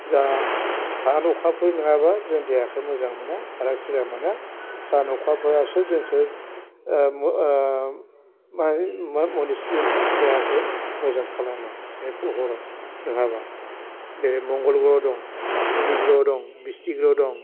जा सान अखाफोर नङाबा जों देहाखौ मोजां मोना बारा स्रा मोना सान अखाफोरासो जोंखौ माने मुनिसनि देहाखौ मोजां खालामो बे ग्रह' नङाबा मंगल ग्रह' दं सुनि ग्रह' दं बिसथि ग्रह' दं